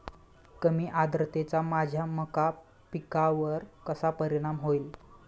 कमी आर्द्रतेचा माझ्या मका पिकावर कसा परिणाम होईल?